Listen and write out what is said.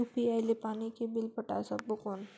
UPI ले पानी के बिल पटाय सकबो कौन?